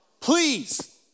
Please